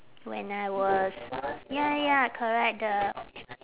when I was ya ya correct the